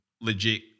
legit